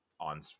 on